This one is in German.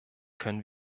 können